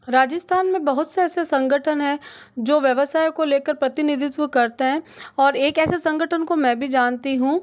राजस्थान में बहुत से ऐसे संगठन हैं जो व्यवसाय को लेकर प्रतिनिधित्व करता हैं और एक ऐसे संगठन को मैं भी जानती हूँ